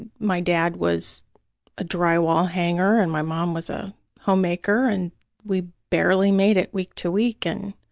and my dad was a drywall hanger and my mom was a homemaker, and we barely made it week to week, and